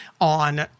on